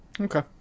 Okay